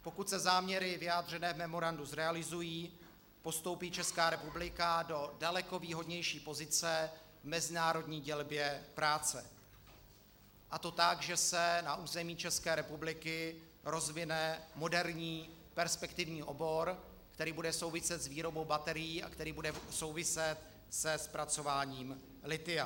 Pokud se záměry vyjádřené v memorandu zrealizují, postoupí Česká republika do daleko výhodnější pozice v mezinárodní dělbě práce, a to tak, že se na území České republiky rozvine moderní perspektivní obor, který bude souviset s výrobou baterií a který bude souviset se zpracováním lithia.